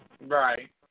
Right